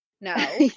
no